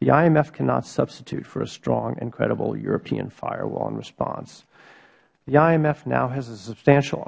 the imf cannot substitute for a strong and credible european firewall in response the imf now has a substantial